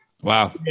Wow